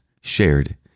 shared